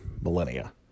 millennia